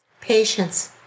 Patience